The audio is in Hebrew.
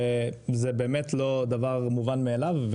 זה באמת לא דבר מובן מאליו.